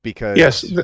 Yes